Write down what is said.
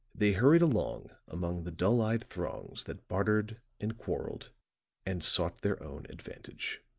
they hurried along among the dull-eyed throngs that bartered and quarreled and sought their own advantage.